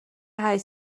هشت